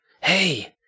Hey